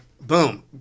boom